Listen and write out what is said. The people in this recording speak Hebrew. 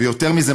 ויותר מזה,